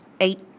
eight